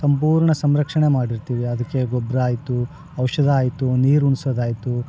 ಸಂಪೂರ್ಣ ಸಂರಕ್ಷಣೆ ಮಾಡಿರ್ತೀವಿ ಅದಕ್ಕೆ ಗೊಬ್ಬರ ಆಯಿತು ಔಷಧ ಆಯಿತು ನೀರು ಉಣ್ಸಾದಾಯಿತು